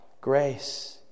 Grace